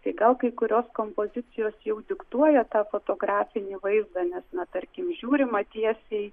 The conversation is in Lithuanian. tai gal kai kurios kompozicijos jau diktuoja tą fotografinį vaizdą nes na tarkim žiūrima tiesiai